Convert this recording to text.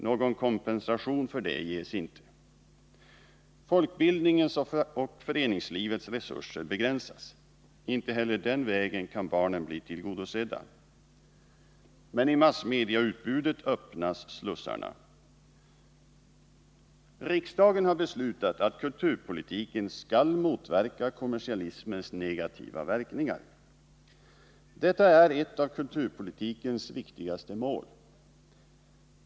Någon kompensation ges inte. Folkbildningens och föreningslivets resurser begränsas. Inte heller den vägen kan barnen bli tillgodosedda. Men i massmediautbudet öppnas slussarna. Riksdagen har beslutat att kulturpolitiken skall motverka kommersialismens negativa verkningar. Detta är ett av kulturpolitikens viktigaste mål.